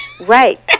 Right